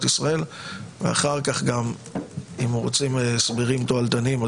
ישראל ואחר כך גם אם רוצים סיבות תועלתניות,